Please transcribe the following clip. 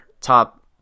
top